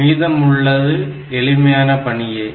மீதம் உள்ளது எளிமையான பணியே